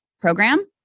Program